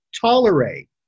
tolerate